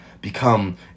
become